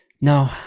no